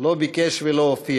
לא ביקש ולא הופיע.